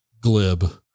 glib